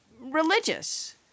religious